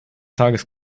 tages